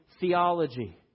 theology